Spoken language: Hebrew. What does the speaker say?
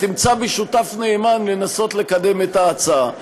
תמצא בי שותף נאמן לנסות לקדם את ההצעה.